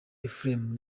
ephrem